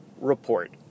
report